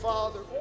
Father